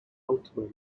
ultimo